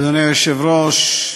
אדוני היושב-ראש,